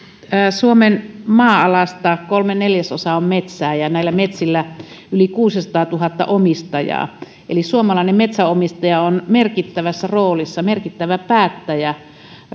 suomen maa alasta kolme neljäsosaa on metsää ja näillä metsillä yli kuusisataatuhatta omistajaa eli suomalainen metsänomistaja on merkittävässä roolissa merkittävä päättäjä